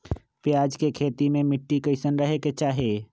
प्याज के खेती मे मिट्टी कैसन रहे के चाही?